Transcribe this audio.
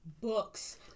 books